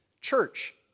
church